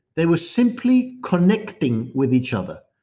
they were simply connecting with each other.